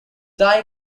tie